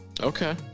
Okay